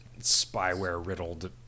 spyware-riddled